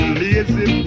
lazy